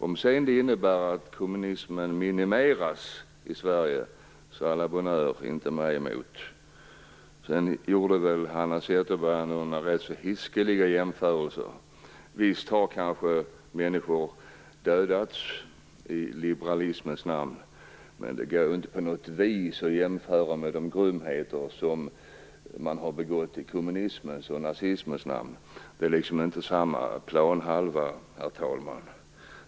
Om det sedan innebär att kommunismen minimeras i Sverige, så à la bonheure, inte mig emot. Hanna Zetterberg gjorde några rätt så hiskeliga jämförelser. Visst har kanske människor dödats i liberalismens namn, men det går inte på något vis att jämföra med de grymheter som har begåtts i kommunismens och nazismens namn. Det är liksom inte samma planhalva, herr talman.